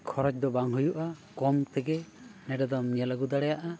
ᱠᱷᱚᱨᱚᱪ ᱫᱚ ᱵᱟᱝ ᱦᱩᱭᱩᱜᱼᱟ ᱠᱚᱢ ᱛᱮᱜᱮ ᱱᱚᱰᱮ ᱫᱚᱢ ᱧᱮᱞ ᱟᱹᱜᱩ ᱫᱟᱲᱮᱭᱟᱜᱼᱟ